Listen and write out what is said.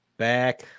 Back